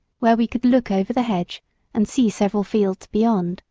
where we could look over the hedge and see several fields beyond.